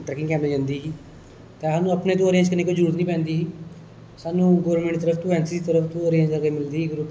trekking camp जंदी ही ते स्हानू आपू आरैंज करने दी कोई जरुरत नेईं ही पौंदी स्हानू गवर्नमेंट दी तरफ तू एनसीसी दी तरफ तू मिलदी ही